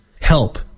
Help